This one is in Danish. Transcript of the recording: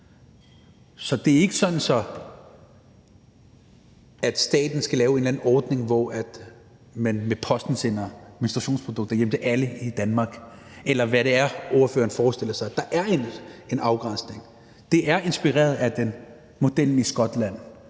Så det er ikke sådan, at staten skal lave en eller anden ordning, hvor man med posten sender menstruationsprodukter hjem til alle i Danmark, eller hvad det er, ordføreren forestiller sig. Der er en afgrænsning. Det er inspireret af modellen i Skotland,